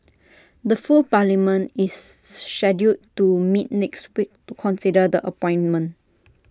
the full parliament is scheduled to meet next week to consider the appointment